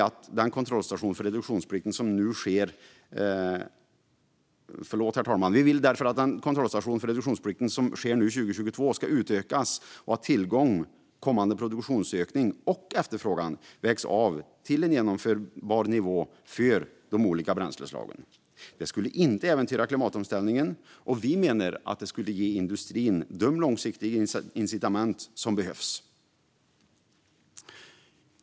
Vi vill därför att den kontrollstation för reduktionsplikten som sker nu 2022 ska utökas och att tillgång, kommande produktionsökning och efterfrågan vägs av till en genomförbar nivå för de olika bränsleslagen. Det skulle inte äventyra klimatomställningen, och vi menar att det skulle ge industrin de långsiktiga incitament som behövs.